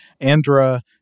Andra